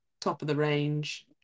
top-of-the-range